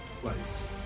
place